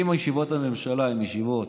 אם ישיבות הממשלה הן ישיבות